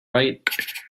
right